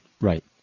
Right